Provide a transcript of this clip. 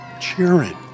cheering